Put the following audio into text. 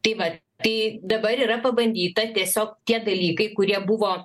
tai va tai dabar yra pabandyta tiesiog tie dalykai kurie buvo